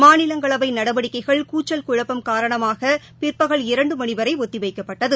மாநிலங்களவைநடவடிக்கைகள் கூச்சல் குழப்பம் காரணமாகபிற்பகல் இரண்டுமணிவரைஒத்திவைக்கப்பட்டது